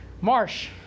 marsh